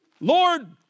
Lord